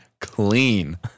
Clean